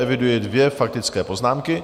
Eviduji dvě faktické poznámky.